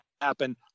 happen